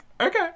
okay